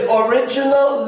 original